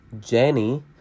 Jenny